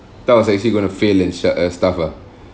I thought I was actually gonna fail and shut uh stuff lah